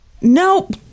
nope